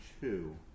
two